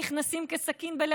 מה עשתה ממשלת המעבר